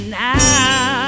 now